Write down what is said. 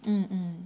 mm mm